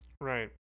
Right